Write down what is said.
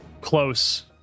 close